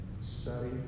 Study